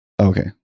okay